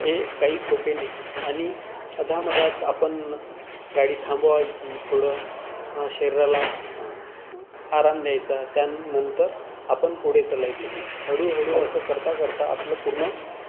हे काही सोपे नाही आणि अध्यामध्यात आपण गाडी थांबवायची थोडं शरीराला आराम द्यायचा त्या नंतर आपण पुढे चलायचं हळूहळू असं करता करता आपलं पूर्ण